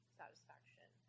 satisfaction